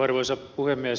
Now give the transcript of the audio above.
arvoisa puhemies